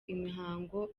imihango